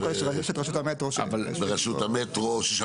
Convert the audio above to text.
יש פה את רשות המטרו שיושבים פה.